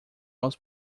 aos